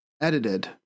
Edited